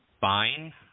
fine